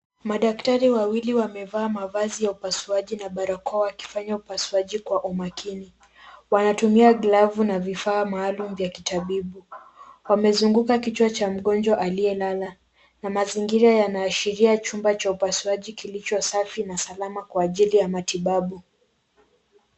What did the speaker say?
Madaktari wawili wamevaa mavazi ya upasuaji na barakoa wakifanya upasuaji kwa umakini. Wanatumia glavu na vifaa maalum vya kitabibu pamezunguka kichwa cha mgonjwa aliyelala. Mazingira yanaashiria chumba cha upasuaji kilicho safi na salama kwa ajili ya matibabu.